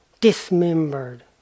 dismembered